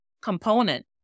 component